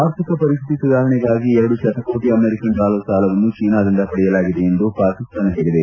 ಆರ್ಥಿಕ ಪರಿಸ್ಥಿತಿ ಸುಧಾರಣೆಗಾಗಿ ಎರಡು ಶತಕೋಟಿ ಅಮೆರಿಕನ್ ಡಾಲರ್ ಸಾಲವನ್ನು ಚೀನಾದಿಂದ ಪಡೆಯಲಾಗಿದೆ ಎಂದು ಪಾಕಿಸ್ತಾನ ಹೇಳಿದೆ